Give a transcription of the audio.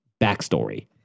backstory